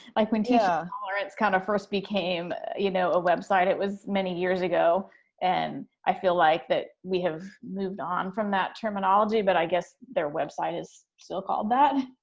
like when teaching yeah tolerance kind of first became, you know, a website, it was many years ago and i feel like that we have moved on from that terminology, but i guess their website is still called that.